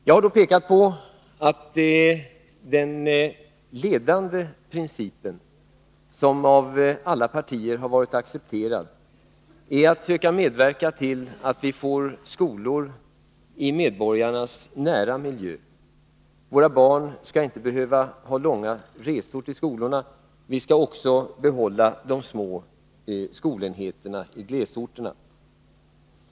Jag har pekat på att den ledande principen är — som alla partier har accepterat — att vi skall söka medverka till att vi får skolor i medborgarnas närmiljö. Våra barn skall inte behöva ha långa resor till skolorna. Vi skall också behålla de små skolenheterna i glesorterna.